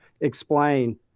explain